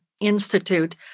Institute